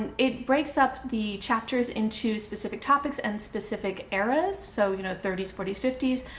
and it breaks up the chapters into specific topics and specific eras so, you know, thirty s, forty s, fifty s.